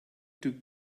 took